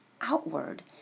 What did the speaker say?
outward